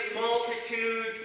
multitude